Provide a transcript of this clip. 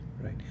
Right